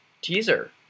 teaser